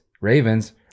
Ravens